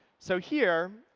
so here,